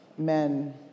men